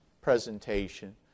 presentation